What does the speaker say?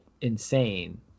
insane